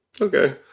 okay